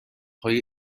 های